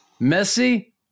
Messi